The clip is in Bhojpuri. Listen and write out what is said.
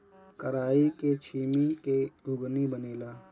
कराई के छीमी के घुघनी बनेला